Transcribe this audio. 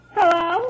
Hello